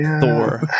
Thor